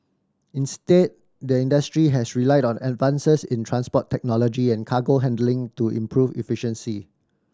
instead the industry has relied on advances in transport technology and cargo handling to improve efficiency